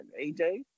AJ